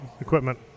equipment